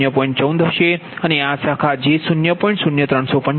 14 હશે અને આ શાખા j 0